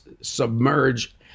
submerge